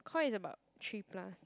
koi is about three plus